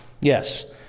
Yes